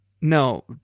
No